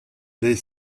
deiz